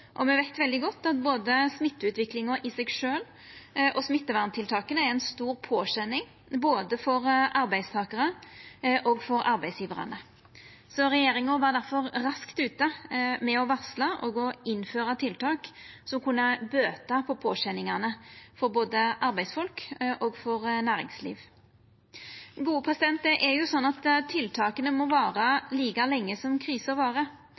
Me veit veldig godt at både smitteutviklinga i seg sjølv og smitteverntiltaka er ei stor påkjenning, både for arbeidstakarane og for arbeidsgjevarane. Regjeringa var difor raskt ute med å varsla og innføra tiltak som kunne bøta på påkjenningane for både arbeidsfolk og næringsliv. Det er jo slik at tiltaka må vara like lenge som krisa